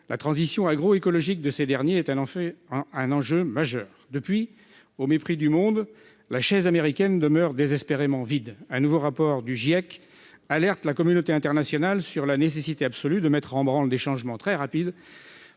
La transition agroécologique de ces derniers est, en effet, un enjeu majeur. Depuis, au mépris du monde, la chaise américaine demeure désespérément vide ; un nouveau rapport du GIEC alerte la communauté internationale sur la nécessité absolue de mettre en branle des changements très rapides